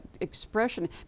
expression